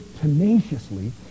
tenaciously